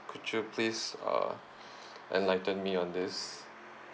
could you please uh enlighten me on this